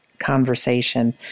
conversation